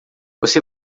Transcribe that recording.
você